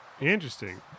Interesting